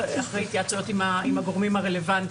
אחרי התייעצויות עם הגורמים הרלוונטיים.